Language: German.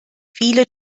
viele